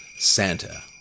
Santa